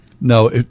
No